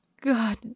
God